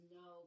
no